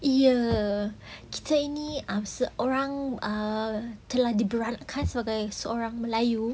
!eeyer! kita seorang err telah diberanakkan sebagai orang melayu